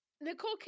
Nicole